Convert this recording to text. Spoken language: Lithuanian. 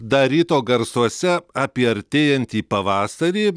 dar ryto garsuose apie artėjantį pavasarį